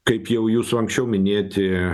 kaip jau jūsų anksčiau minėti